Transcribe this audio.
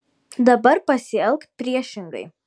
dabar pasielk priešingai